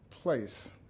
place